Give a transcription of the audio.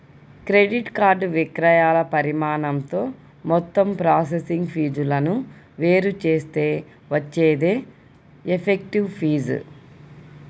credit card విక్రయాల పరిమాణంతో మొత్తం ప్రాసెసింగ్ ఫీజులను వేరు చేస్తే వచ్చేదే ఎఫెక్టివ్ ఫీజు